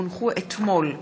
כי הונחו אתמול,